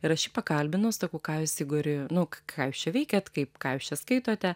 ir aš jį pakalbinau sakau ką jūs igori nu k ką jūs čia veikiat kaip ką jūs čia skaitote